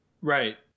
Right